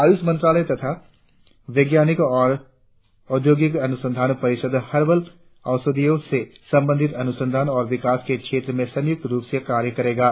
आयुष मंत्रालय तथा वैज्ञानिक और औद्योगिक अनुसंधान परिषद हर्बल औषधियों से संबंधित अनुसंधान और विकास के क्षेत्र में संयुक्त रुप से कार्य करेंगे